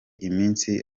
iminsi